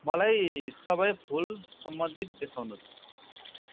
मलाई सबै फुल सम्बन्धित देखाउनुहोस्